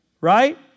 right